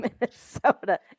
Minnesota